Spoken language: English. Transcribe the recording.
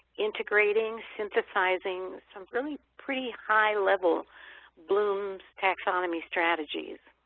integrating, synthesizing, some really pretty high-level bloom's taxonomy strategies.